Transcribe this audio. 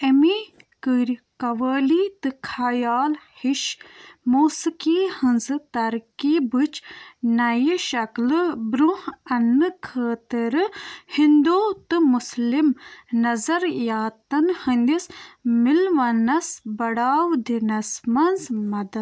أمی کٔرۍ قوٲلی تہٕ خیال ہِش موسیٖقی ہٕنٛزٕ ترکیٖبٕچ نَیہِ شکلہٕ برٛونٛہہ اَننہٕ خٲطرٕ ہِنٛدو تہٕ مُسلِم نظَریاتَن ہٕنٛدِس مِلوَنَس بڈاوٕ دِنَس منٛز مدتھ